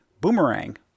boomerang